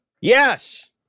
Yes